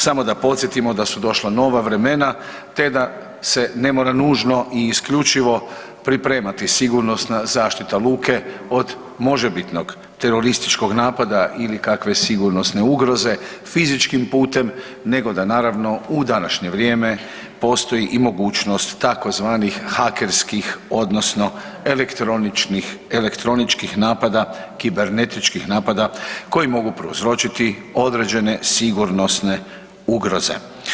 Samo da podsjetimo da su došla nova vremena, te da se ne mora nužno i isključivo pripremati sigurnosna zaštita luke od možebitnog terorističkog napada ili kakve sigurnosne ugroze fizičkim putem nego da naravno u današnje vrijeme postoji i mogućnost tzv. hakerskih odnosno elektroničkih napada, kibernetičkih napada koji mogu prouzročiti određene sigurnosne ugroze.